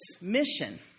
mission